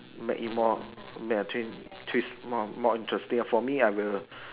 make it more make a twin twist more more interesting ah for me I will